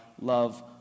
love